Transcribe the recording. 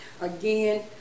Again